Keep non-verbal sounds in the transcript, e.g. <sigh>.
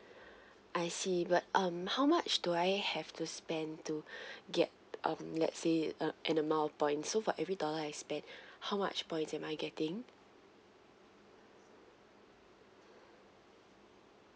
I see but um how much do I have to spend to <breath> get um let's say it uh an amount of points so for every dollar I spend <breath> how much points am I getting